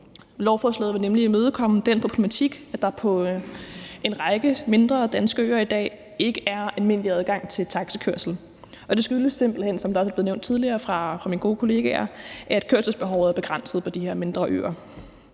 Lovforslaget vil nemlig imødekomme den problematik, at der på en række mindre danske øer i dag ikke er almindelig adgang til taxakørsel, og det skyldes simpelt hen, som det også er blevet nævnt tidligere af mine gode kollegaer, at kørselsbehovet på de her mindre øer